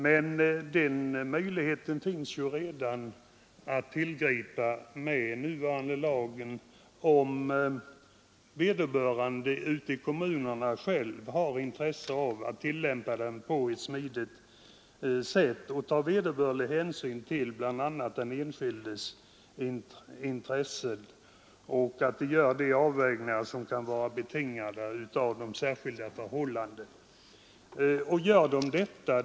Men den möjligheten kan ju tillgripas redan med nuvarande lag, om vederbörande ute i kommunerna själva tillämpar lagen på ett smidigt sätt och tar vederbörlig hänsyn till bl.a. den enskildes intressen och gör de avvägningar som kan vara betingade av de särskilda förhållandena.